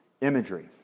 imagery